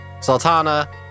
Sultana